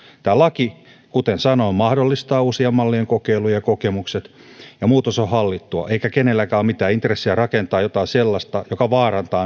tämä laki kuten sanoin mahdollistaa uusien mallien kokeilun ja kokemukset ja muutos ovat hallittuja eikä kenelläkään ole mitään intressiä rakentaa jotain sellaista joka vaarantaa